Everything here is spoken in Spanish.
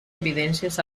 evidencias